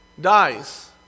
dies